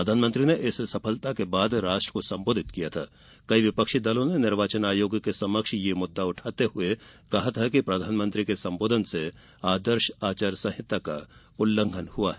प्रधानमंत्री ने इस सफलता के बाद राष्ट्र को संबोधित किया था कई विपक्षी दलों ने निर्वाचन आयोग के समक्ष यह मुद्दा उठाते हुए कहा था कि प्रधानमंत्री के संबोधन से आदर्श आचार संहिता का उल्लंघन हुआ है